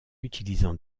utilisant